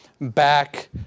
Back